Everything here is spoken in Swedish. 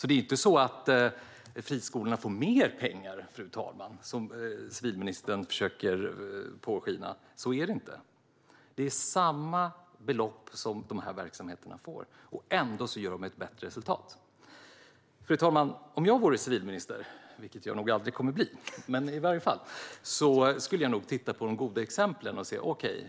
Det är inte så, fru talman, att friskolorna får mer pengar, som civilministern försöker påskina. Dessa verksamheter får samma belopp, och ändå gör de ett bättre resultat. Fru talman! Om jag vore civilminister, vilket jag nog aldrig kommer att bli, skulle jag nog titta på de goda exemplen.